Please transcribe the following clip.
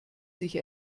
sich